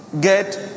get